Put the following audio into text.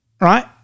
right